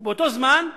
ובאותו זמן,